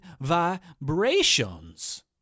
vibrations